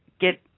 get